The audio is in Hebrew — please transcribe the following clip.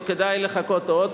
וכדאי לחכות עוד,